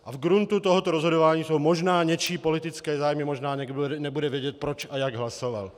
A v gruntu tohoto rozhodování jsou možná něčí politické zájmy, možná někdo nebude vědět, proč a jak hlasoval.